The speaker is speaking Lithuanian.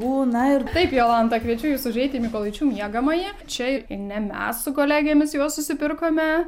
būna ir taip jolanta kviečiu jus užeiti į mykolaičių miegamąjį čia ne mes su kolegėmis juos susipirkome